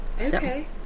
Okay